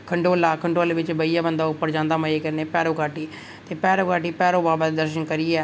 खंडोला खंडोले बिच बेहियै बंदा उप्पर जंदा मजे कन्नै भैरो घाटी ते भैरो घाटी भैरो बाबा दे दर्शन करियै